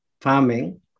farming